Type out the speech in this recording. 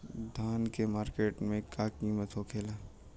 धान क मार्केट में का कीमत होखेला?